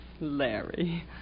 Larry